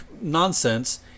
nonsense